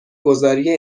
گذاری